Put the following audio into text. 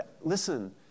Listen